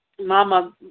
Mama